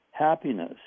happiness